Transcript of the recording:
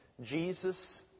Jesus